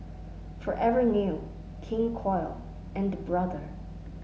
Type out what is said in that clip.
Forever New King Koil and Brother